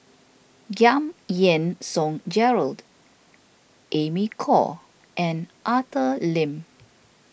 Giam Yean Song Gerald Amy Khor and Arthur Lim